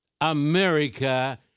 America